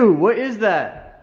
what is that?